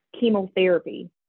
chemotherapy